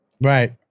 right